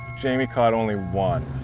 jamie caught only one